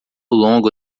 longo